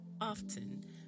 often